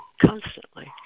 constantly